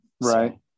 Right